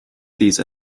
these